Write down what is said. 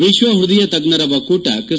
ವಿಶ್ವ ಹೃದಯ ತಜ್ಞರ ಒಕ್ಕೂಟ ಕ್ರಿ